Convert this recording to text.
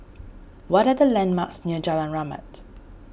what are the landmarks near Jalan Rahmat